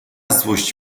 złość